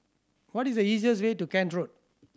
what is the easiest way to Kent Road